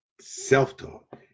self-talk